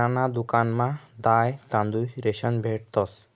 किराणा दुकानमा दाय, तांदूय, रेशन भेटंस